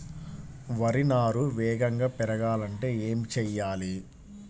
వరి నారు వేగంగా పెరగాలంటే ఏమి చెయ్యాలి?